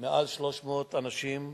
מעל 300 אנשים.